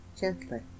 gently